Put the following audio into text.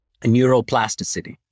neuroplasticity